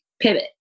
pivot